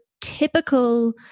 typical